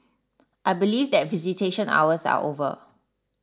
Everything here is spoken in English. I believe that visitation hours are over